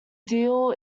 deal